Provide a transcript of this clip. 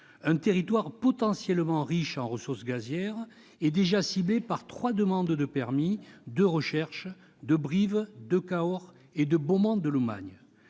un territoire potentiellement riche en ressources gazières et déjà ciblé par trois demandes de permis de recherches à Brive-la-Gaillarde, Cahors et Beaumont-de-Lomagne.